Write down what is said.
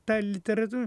ta literatūra